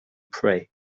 pray